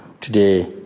today